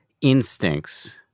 instincts